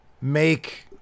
make